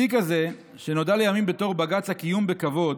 בתיק הזה, שנודע לימים בתור "בג"ץ הקיום בכבוד"